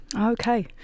Okay